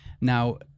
Now